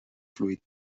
fluid